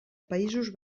països